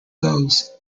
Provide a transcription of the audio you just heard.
goes